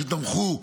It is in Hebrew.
שתמכו,